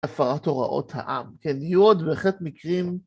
הפרת הוראות העם. כן, יהיו עוד וחצי מקרים...